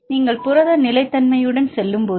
நீங்கள் புரத நிலைத்தன்மையுடன் செல்லும்போது